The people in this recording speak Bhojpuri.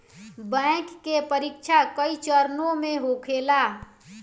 बैंक के परीक्षा कई चरणों में होखेला